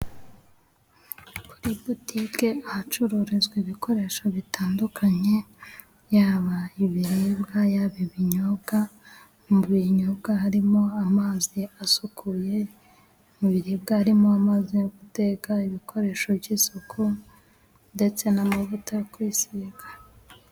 Butike ahacururizwa ibikoresho bitandukanye yaba ibiribwa yaba ibinyobwa. Mu binyobwa harimo amazi asukuye, mu biribwa harimo amazi yo guteka, ibikoresho by'isuku ndetse n'amavuta yo kwisiga.